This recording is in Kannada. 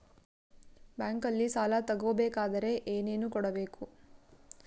ಬ್ಯಾಂಕಲ್ಲಿ ಸಾಲ ತಗೋ ಬೇಕಾದರೆ ಏನೇನು ಕೊಡಬೇಕು?